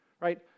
right